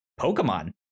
pokemon